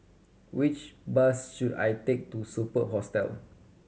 which bus should I take to Superb Hostel